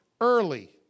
early